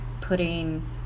putting